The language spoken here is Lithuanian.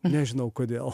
nežinau kodėl